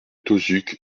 tauzuc